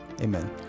Amen